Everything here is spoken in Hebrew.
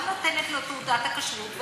לא נותנת לו תעודת כשרות,